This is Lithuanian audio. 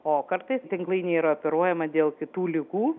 o kartais tinklainė yra operuojama dėl kitų ligų